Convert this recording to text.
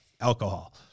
Alcohol